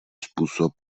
způsob